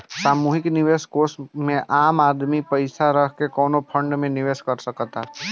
सामूहिक निवेश कोष में आम आदमी पइसा रख के कवनो फंड में निवेश कर सकता